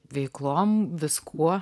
veiklom viskuo